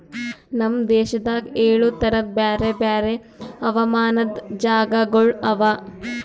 ನಮ್ ದೇಶದಾಗ್ ಏಳು ತರದ್ ಬ್ಯಾರೆ ಬ್ಯಾರೆ ಹವಾಮಾನದ್ ಜಾಗಗೊಳ್ ಅವಾ